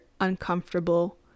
uncomfortable